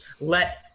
let –